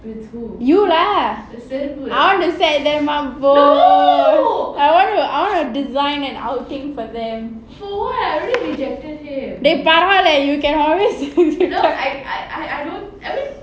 you lah I want to set them up both I want to I want to design an outing for them dey பரவாலே:paravaalae leh you can always